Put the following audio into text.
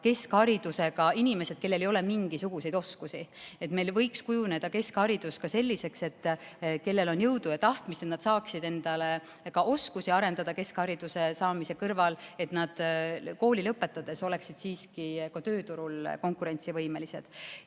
keskharidusega inimesed, kellel ei ole mingisuguseid oskusi. Keskharidus võiks kujuneda selliseks, et kellel on jõudu ja tahtmist, saaksid enda oskusi arendada keskhariduse saamise kõrval, et nad kooli lõpetades oleksid siiski tööturul konkurentsivõimelised.